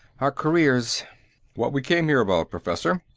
our careers what we came here about, professor,